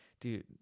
dude